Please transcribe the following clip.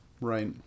right